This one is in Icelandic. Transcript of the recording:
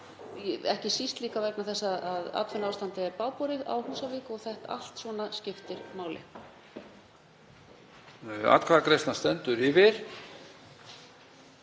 ekki síst líka vegna þess að atvinnuástandið er bágborið á Húsavík og allt svona skiptir máli.